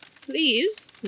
Please